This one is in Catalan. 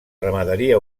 ramaderia